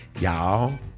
y'all